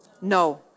No